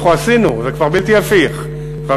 אנחנו עשינו, זה כבר בלתי הפיך, בלתי הפיך.